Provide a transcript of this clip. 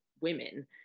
women